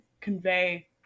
convey